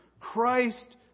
Christ